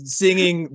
singing